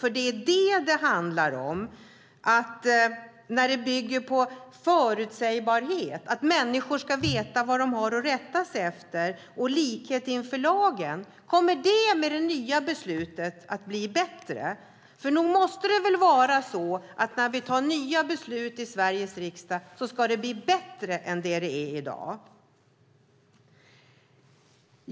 Det här handlar om rättssäkerheten, förutsägbarheten, att människor ska veta vad de har att rätta sig efter, likhet inför lagen. Kommer dessa frågor att med det nya beslutet bli bättre? Nog måste det väl vara så att när vi fattar nya beslut i Sveriges riksdag ska det bli bättre än i dag?